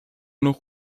noch